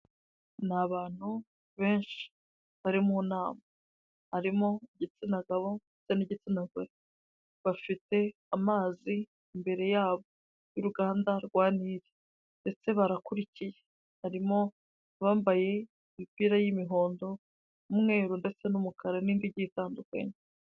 Ni abantu benshi bari mu nama harimo igitsina gabosa n'igitsina gore bafite amazi imbere yabo y'uruganda rwa nili ndetse barakurikiye, harimo abambaye imipira y'imihondo umweru ndetse n'umukara n'indijyi itandukanye.